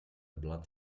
blat